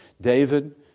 David